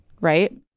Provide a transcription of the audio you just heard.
right